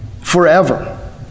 forever